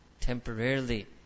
temporarily